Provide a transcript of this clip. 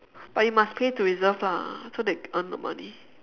but you must pay to reserve lah so they earn the money